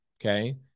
okay